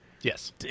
Yes